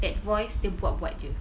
that voice dia buat-buat jer